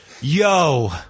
yo